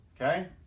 Okay